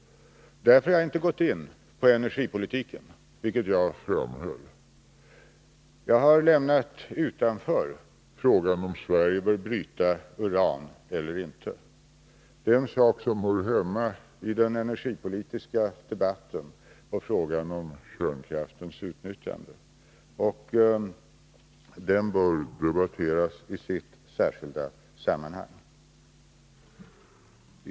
Därför har jag inte gått in på energipolitiken, vilket jag framhöll. Jag har lämnat utanför frågan huruvida Sverige bör bryta uran eller inte. Det är en sak som hör hemma i den energipolitiska debatten om kärnkraftens utnyttjande, och den bör debatteras i sitt särskilda sammanhang.